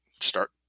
start